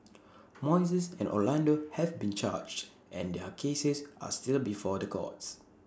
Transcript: Moises and Orlando have been charged and their cases are still before the courts